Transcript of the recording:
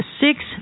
six